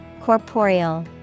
Corporeal